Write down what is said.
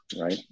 right